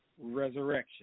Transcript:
Resurrection